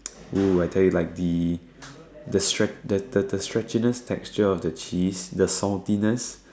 !woo! I tell you like the the stretch the the stretchiness texture of the cheese the saltiness